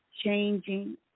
changing